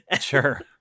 Sure